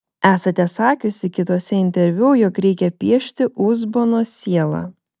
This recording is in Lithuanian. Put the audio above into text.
esate sakiusi kituose interviu jog reikia piešti uzbono sielą